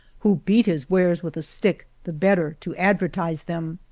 who beat his wares with a stick the better to advertise them.